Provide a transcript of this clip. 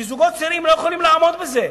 כי זוגות צעירים לא יכולים לעמוד בזה.